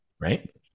right